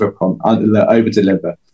over-deliver